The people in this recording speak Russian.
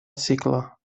цикла